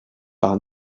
par